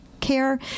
care